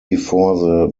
before